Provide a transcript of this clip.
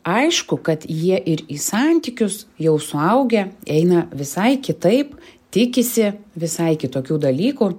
aišku kad jie ir į santykius jau suaugę eina visai kitaip tikisi visai kitokių dalykų